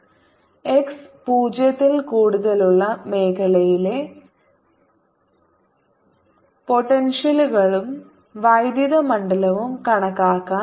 x 0 ൽ കൂടുതലുള്ള മേഖലയിലെ പോട്ടെൻഷ്യൽ കളും വൈദ്യുത മണ്ഡലവും കണക്കാക്കാൻ